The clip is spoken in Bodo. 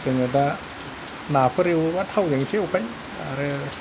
जोङो दा नाफोर एवोबा थावजोंसो एवखायो आरो